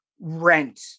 Rent